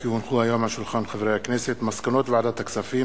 כי הונחו היום על שולחן הכנסת מסקנות ועדת הכספים